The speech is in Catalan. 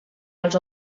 els